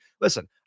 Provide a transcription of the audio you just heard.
listen